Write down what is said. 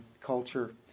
culture